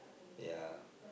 ya